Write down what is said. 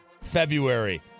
February